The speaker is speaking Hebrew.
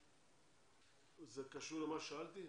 זה קשור למה ששאלתי?